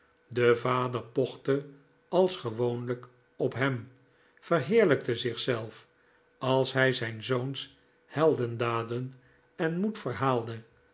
de vader pochte als gewoonhjk op hem verheerlijkte zichzelf als hij zijn zoons heldendaden en moed verhaalde